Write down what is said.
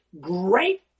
great